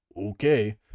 okay